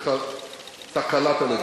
אתה קלעת לדברי.